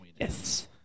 Yes